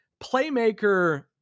playmaker